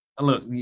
look